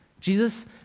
Jesus